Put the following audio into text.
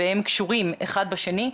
והם קשורים אחד בשני.